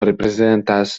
reprezentas